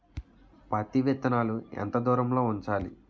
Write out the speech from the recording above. పత్తి విత్తనాలు ఎంత దూరంలో ఉంచాలి?